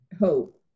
hope